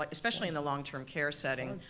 like especially in the long-term care setting,